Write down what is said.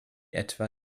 etwa